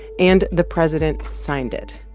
and the president signed it